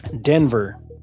Denver